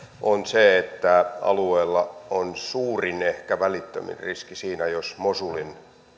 on se että alueella on suurin ehkä välittömin riski siinä jos mosulin